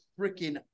freaking